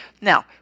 Now